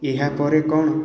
ଏହାପରେ କ'ଣ